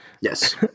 Yes